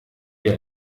wir